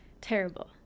terrible